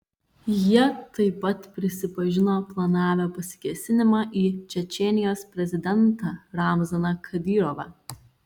jie taip pat prisipažino planavę pasikėsinimą į čečėnijos prezidentą ramzaną kadyrovą